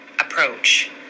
approach